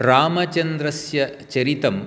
रामचन्द्रस्य चरितं